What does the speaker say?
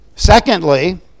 Secondly